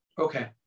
Okay